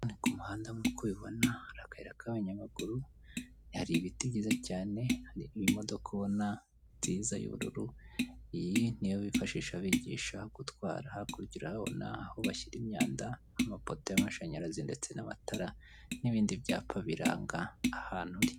Ni ku muhanda nkuko ubibona akayira k'abanyamaguru, hari ibiti byiza cyane hari imodoka ubona nziza y'ubururu, iyi niyo bifashisha bigisha gutwara, hakurya urahabo ni aho bashyira imyanda, amapoto y'amashanyarazi ndetse n'amatara n'ibindi byapa biranga ahantu.